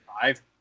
five